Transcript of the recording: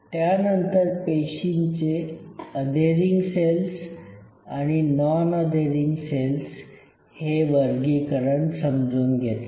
त्यानंतर पेशीचे adhering cells आणि नॉन अधेरिंग सेल्स हे वर्गीकरण समजून घेतले